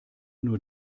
nur